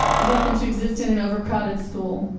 if you happen to exist in an overcrowded school.